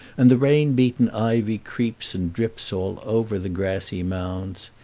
and the rain-beaten ivy creeps and drips all over the grassy mounds.